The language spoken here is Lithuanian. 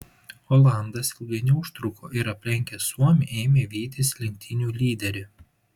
olandas ilgai neužtruko ir aplenkęs suomį ėmė vytis lenktynių lyderį